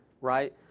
right